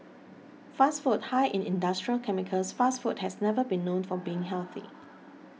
fast food high in industrial chemicals fast food has never been known for being healthy